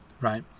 right